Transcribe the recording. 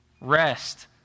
rest